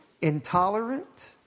intolerant